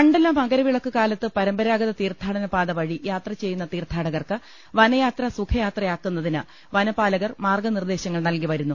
മണ്ഡല മകരവിളക്കു കാലത്ത് പ്രമ്പരാഗത തീർത്ഥാടനപാത വഴി യാത്ര ചെയ്യുന്ന തീർത്ഥാടകർക്ക് വനയാത്ര സുഖയാത്രയാക്കുന്നതിന് വനപാലകർ മാർഗ്ഗ നിർദ്ദേശങ്ങൾ നൽകിവരുന്നു